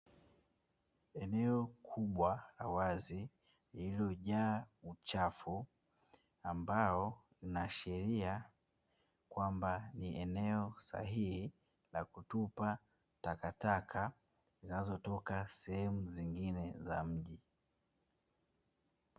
Eneo kubwa la wazi liliojaa uchafu, ambao linaloashiria kwamba ni eneo usahihi la kutupa takataka zinazotoka sehemu zingine za mji.